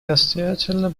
настоятельно